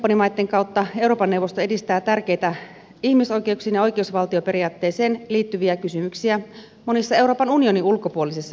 demokratiakumppanimaitten kautta euroopan neuvosto edistää tärkeitä ihmisoikeuksiin ja oikeusvaltioperiaatteeseen liittyviä kysymyksiä monissa euroopan unionin ulkopuolisissa maissa